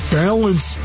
balance